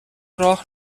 راه